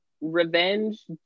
revenge